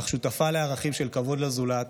אך היא שותפה לערכים של כבוד לזולת,